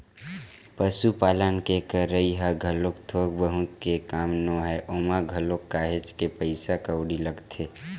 पसुपालन के करई ह घलोक थोक बहुत के काम नोहय ओमा घलोक काहेच के पइसा कउड़ी लगथे